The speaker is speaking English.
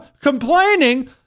complaining